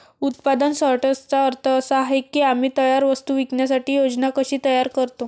उत्पादन सॉर्टर्सचा अर्थ असा आहे की आम्ही तयार वस्तू विकण्याची योजना कशी तयार करतो